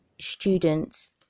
students